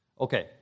Okay